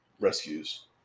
rescues